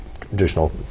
traditional